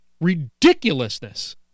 ridiculousness